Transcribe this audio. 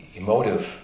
emotive